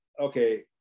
okay